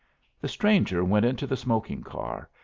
the stranger went into the smoking-car,